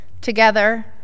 Together